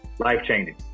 Life-changing